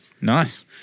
Nice